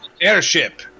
Airship